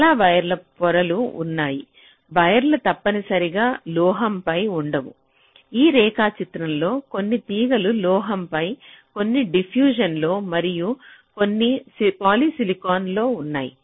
చాలా వైర్లు పొరలు ఉన్నాయి వైర్లు తప్పనిసరిగా లోహంపై ఉండవు ఈ రేఖాచిత్రంలో కొన్ని తీగలు లోహంపై కొన్ని డిప్యూషన్ లో మరియు కొన్ని పాలిసిలికాన్పై ఉన్నాయి